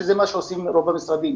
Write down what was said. שזה מה שעושים רוב המשרדים,